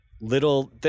little